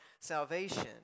salvation